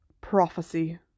Prophecy